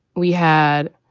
we had.